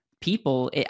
people